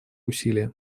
усилия